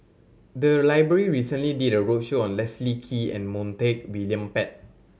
the library recently did a roadshow on Leslie Kee and Montague William Pett